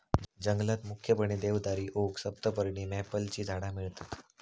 जंगलात मुख्यपणे देवदारी, ओक, सप्तपर्णी, मॅपलची झाडा मिळतत